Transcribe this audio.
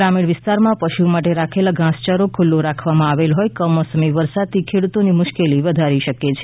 ગ્રામીણ વિસ્તારમાં પશુ માટે રાખેલ ઘાસચારો ખુલ્લામાં રાખેલ હોય કમોસમી વરસાદ ખેડૂતોની મુશ્કેલી વધારી શકે છે